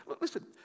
Listen